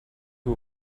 who